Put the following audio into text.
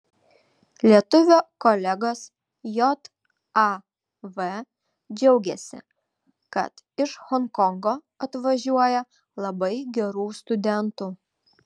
lietuvio kolegos jav džiaugiasi kad iš honkongo atvažiuoja labai gerų studentų